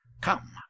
Come